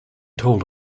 told